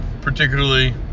particularly